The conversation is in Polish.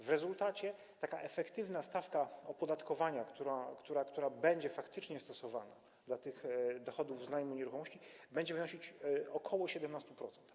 W rezultacie taka efektywna stawka opodatkowania, która będzie faktycznie stosowana dla tych dochodów z najmu nieruchomości, będzie wynosić ok. 17%.